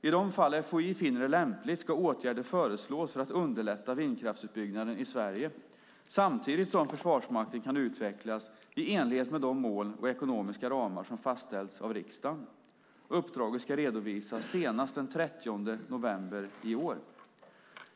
I de fall FOI finner det lämpligt ska åtgärder föreslås för att underlätta vindkraftsutbyggnaden i Sverige samtidigt som Försvarsmakten kan utvecklas i enlighet med de mål och ekonomiska ramar som fastställts av riksdagen. Uppdraget ska redovisas senast den 30 november i år.